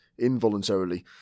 involuntarily